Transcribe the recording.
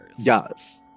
Yes